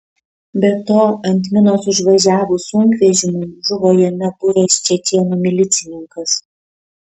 be to ant minos užvažiavus sunkvežimiui žuvo jame buvęs čečėnų milicininkas